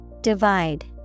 Divide